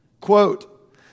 Quote